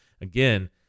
again